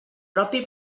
propi